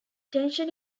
tension